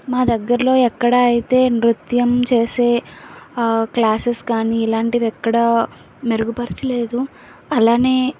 మా దగ్గరలో ఎక్కడ అయితే నృత్యం చేసే ఆ క్లాసెస్ కానీ ఇలాంటివి ఎక్కడ మెరుగుపరచలేదు అలాగే